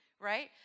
right